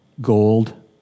gold